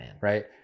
Right